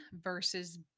versus